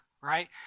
right